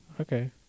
okay